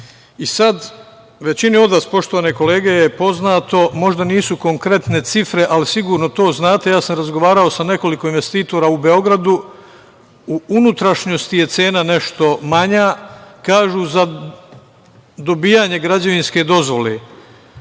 zloupotrebe. Većini od vas, poštovane kolege, je poznato, možda nisu konkretne cifre, ali sigurno to znate, razgovarao sam sa nekoliko investitora u Beogradu, u unutrašnjosti je cena nešto manja. Kažu za dobijanje građevinske dozvole